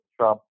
Trump